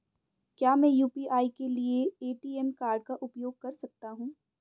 क्या मैं यू.पी.आई के लिए ए.टी.एम कार्ड का उपयोग कर सकता हूँ?